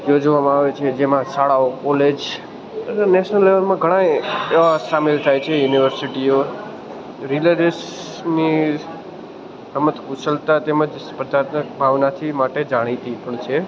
યોજવામાં આવે છે જેમાં શાળાઓ કોલેજ અને નેશનલ લેવલમાં ઘણાંય એવા સામેલ થાય છે યુનિવર્સિટીઓ રિલ રેસની રમત કુશળતા તેમજ સ્પર્ધાતક ભાવનાથી માટે જાણીતી પણ છે